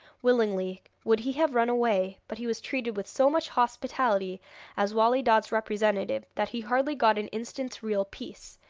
willingly would he have run away but he was treated with so much hospitality as wali dad's representative, that he hardly got an instant's real peace,